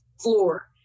floor